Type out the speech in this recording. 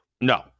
No